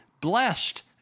blessed